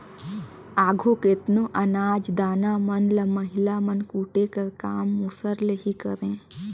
आघु केतनो अनाज दाना मन ल महिला मन कूटे कर काम मूसर ले ही करें